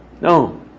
No